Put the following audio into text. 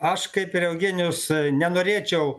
aš kaip ir eugenijus nenorėčiau